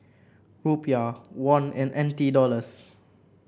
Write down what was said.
Rupiah Won and N T Dollars